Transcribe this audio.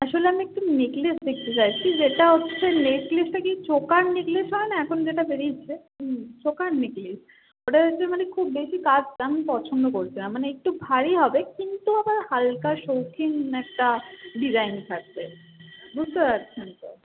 আসলে আমি একটু নেকলেস দেখতে চাইছি যেটা হচ্ছে নেকলেসটা কী চোকার নেকলেস হয় না এখন যেটা বেরিয়েছে হুম চোকার নেকলেস ওটা হচ্ছে মানে খুব বেশি কাজ আমি পছন্দ করছি না মানে একটু ভারী হবে কিন্তু আবার হালকা শৌখিন একটা ডিজাইন থাকবে বুঝতে পারছেন তো